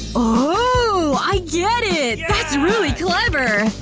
ohhhh! i get it! that's really clever!